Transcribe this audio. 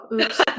Oops